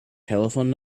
telephone